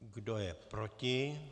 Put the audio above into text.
Kdo je proti?